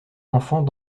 enfant